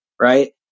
right